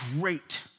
great